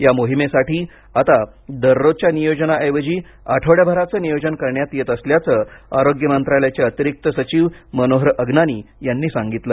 या माहिमेसाठी आता दररोजच्या नियोजनाऐवजी आठवडयाभराचं नियोजन करण्यात येत असल्याचं आरोग्य मंत्रालयाचे अतिरिक्त सचिव मनोहर अगनानी यांनी सांगितलं